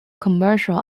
commercial